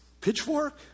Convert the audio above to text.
Pitchfork